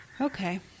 okay